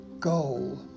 Goal